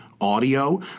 audio